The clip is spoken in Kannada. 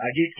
ಅಜಿತ್ ಕೆ